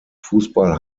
fußball